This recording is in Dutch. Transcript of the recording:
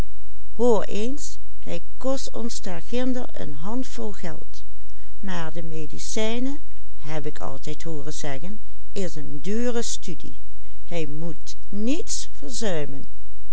daarginder een handvol geld maar de medicijnen heb ik altijd hooren zeggen is een dure studie en hij moet niets